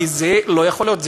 כי זה לא יכול להיות.